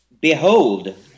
Behold